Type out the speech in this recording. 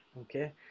Okay